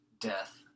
death